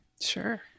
Sure